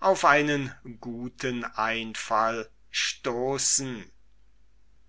auf einen guten einfall stoßen